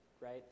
right